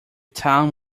town